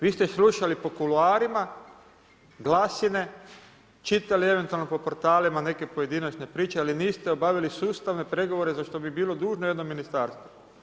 Vi ste slušali po kuloarima, glasine, čitali eventualno po portalima neke pojedinačne priče, ali niste obavili sustavne pregovore za što bi bilo dužno jedno ministarstvo.